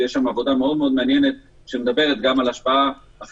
יש שם עבודה מאוד מעניינת שמדברת על השפעה גם